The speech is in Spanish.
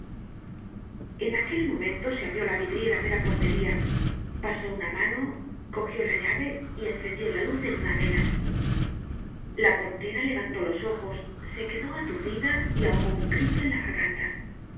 en aquel momento se abrió la vidriera de la portería pasó una mano cogió la llave y encendió la luz en una vela la portera levantó los ojos se quedó aturdida y ahogó un grito en la garganta